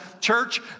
church